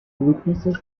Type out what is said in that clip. witnesses